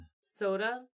Soda